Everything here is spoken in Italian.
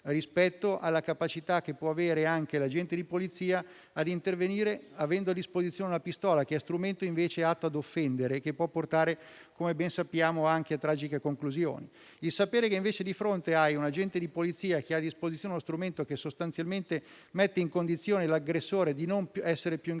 rispetto alla capacità che può avere l'agente della Polizia di intervenire avendo a disposizione la pistola, che è strumento invece atto a offendere e che può portare - come ben sappiamo - anche a tragiche conclusioni. Sapere che invece si ha di fronte un agente della Polizia che ha a disposizione uno strumento che sostanzialmente rende l'aggressore non più in grado